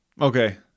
Okay